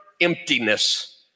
emptiness